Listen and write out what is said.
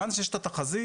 ברגע שיש את התחזית,